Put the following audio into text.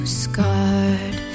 scarred